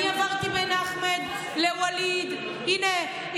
אני עברתי בין אחמד ווליד הינה,